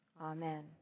Amen